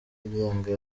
yigenga